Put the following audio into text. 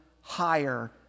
higher